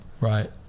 right